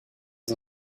des